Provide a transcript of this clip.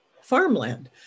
farmland